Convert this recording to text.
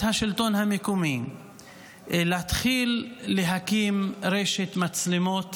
השלטון המקומי להתחיל להקים רשת מצלמות